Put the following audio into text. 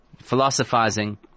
philosophizing